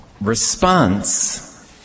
response